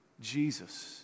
Jesus